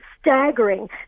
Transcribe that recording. staggering